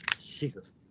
Jesus